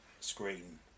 screen